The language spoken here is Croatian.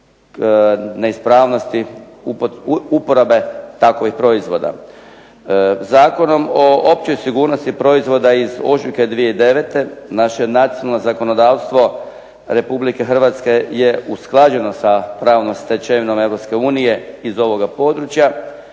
neispravnosti uporabe takovih proizvoda. Zakonom o općoj sigurnosti proizvoda iz ožujka 2009. naše nacionalno zakonodavstvo Republike Hrvatske je usklađeno sa pravnom stečevinom Europske unije iz ovoga područja,